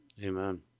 Amen